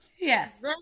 Yes